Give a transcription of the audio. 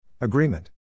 Agreement